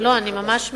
לא, אני ממש מסיימת.